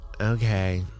okay